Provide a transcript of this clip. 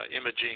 imaging